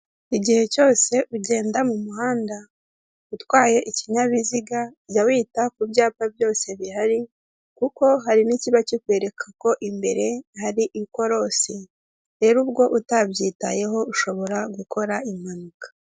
Igihe cyose ugenda mu muhanda, utwaye ikinyabiziga jya wi bita ku byapa byose bihari, kuko hari n'ikiba kikwereka ko imbere hari in ikorosi, rero ubwo utabyitayeho ushobora gukora impanuka.